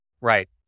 Right